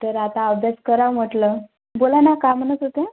तर आता अभ्यास कराव म्हटलं बोला ना काय म्हणत होते